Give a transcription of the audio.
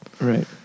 Right